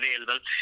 available